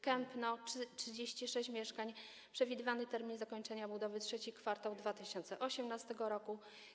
Kępno - 36 mieszkań, przewidywany termin zakończenia budowy to III kwartał 2018 r.